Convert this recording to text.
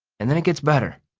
and then it gets better.